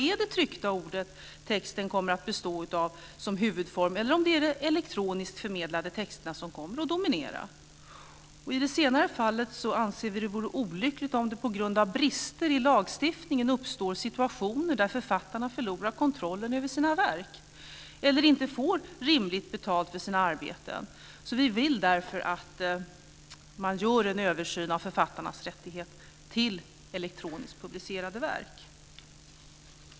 Vi vet inte om det är de tryckta eller elektroniskt förmedlade texterna som kommer att dominera. I det senare fallet anser vi att det vore olyckligt om det på grund av brister i lagstiftningen uppstår situationer där författarna förlorar kontrollen över sina verk eller inte får rimligt betalt för sina arbeten. Vi vill därför att man gör en översyn av författarnas rättigheter till elektroniskt publicerade verk.